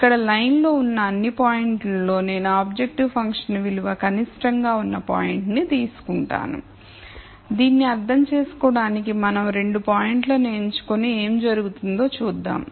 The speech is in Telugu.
ఇక్కడ లైన్ లో ఉన్న అన్నిపాయింట్లు లో నేను ఆబ్జెక్టివ్ ఫంక్షన్ విలువ కనిష్టంగా ఉన్న పాయింట్ ని తీసుకుంటాను దీన్ని అర్థం చేసుకోవడానికి మనం రెండు పాయింట్లను ఎంచుకుని ఏమి జరుగుతుందో చూద్దాం